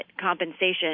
compensation